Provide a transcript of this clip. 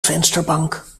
vensterbank